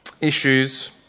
issues